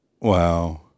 wow